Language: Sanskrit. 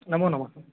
नमो नमः